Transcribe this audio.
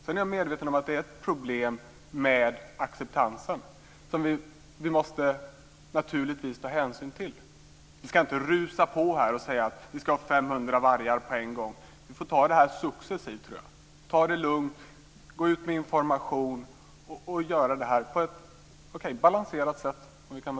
Jag är medveten om att det är problem med acceptansen, som vi naturligtvis måste ta hänsyn till. Vi ska inte rusa på och säga att vi ska ha 500 vargar på en gång. Vi får ta det successivt. Ta det lugnt. Gå ut med information på ett "balanserat" sätt.